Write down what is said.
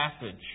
passage